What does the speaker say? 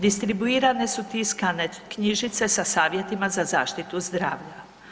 Distribuirane su tiskane knjižice sa savjetima za zaštitu zdravlja.